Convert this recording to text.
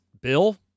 Bill